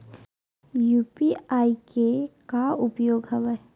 UPI के का उपयोग हवय?